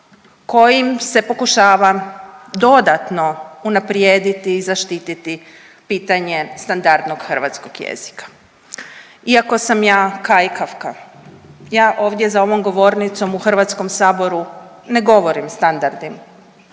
kojim se pokušava dodatno unaprijediti i zaštiti pitanje standardnog hrvatskog jezika. Iako sam ja kajkavka ja ovdje za ovom govornicom u HS ne govorim standardnim